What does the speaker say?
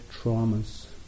traumas